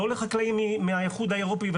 לא לחקלאים מהאיחוד האירופאי,